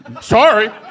Sorry